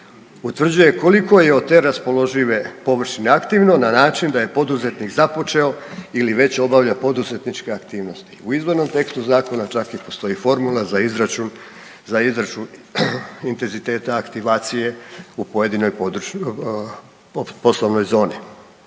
utvrđuje koliko je od te raspoložive površine aktivno na način da je poduzetnik započeo ili već obavlja poduzetničke aktivnosti. U izvornom tekstu zakona čak i postoji formula za izračun intenziteta aktivacije u pojedinom